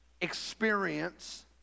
experience